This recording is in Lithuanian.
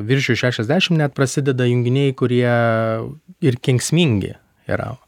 virš jau šešiasdešim net prasideda junginiai kurie ir kenksmingi yra